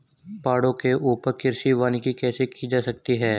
पहाड़ों के ऊपर कृषि वानिकी कैसे की जा सकती है